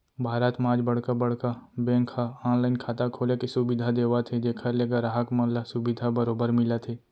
भारत म आज बड़का बड़का बेंक ह ऑनलाइन खाता खोले के सुबिधा देवत हे जेखर ले गराहक मन ल सुबिधा बरोबर मिलत हे